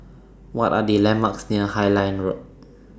What Are The landmarks near Highland Road